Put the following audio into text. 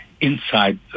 inside